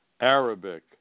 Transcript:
Arabic